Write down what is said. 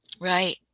Right